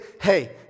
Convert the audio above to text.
hey